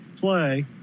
play